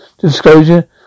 Disclosure